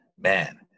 man